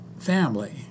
family